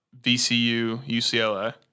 VCU-UCLA